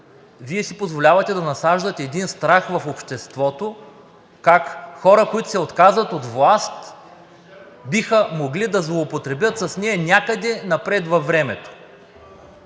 Вие си позволявате да насаждате един страх в обществото – как хора, които се отказват от власт, биха могли да злоупотребят с нея някъде напред във времето?